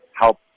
help